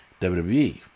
WWE